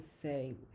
say